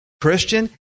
Christian